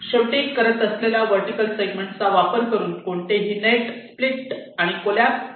शेवटी करत असलेल्या वर्टीकल सेगमेंट चा वापर करुन कोणतेही नेट स्प्लिट आणि कॉलॅप्से करा